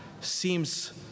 seems